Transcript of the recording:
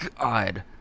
god